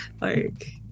like-